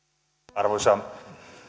arvoisa